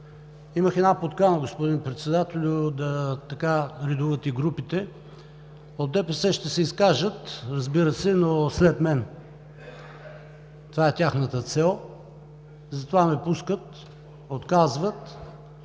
Имах една подкана, господин Председателю, да редувате групите. От ДПС ще се изкажат, разбира се, но след мен. Това е тяхната цел, затова ме пускат, отказват,